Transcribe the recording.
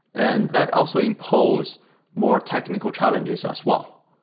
and that also impose more technical challenges as well.